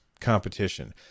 competition